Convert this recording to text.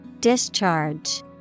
Discharge